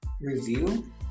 review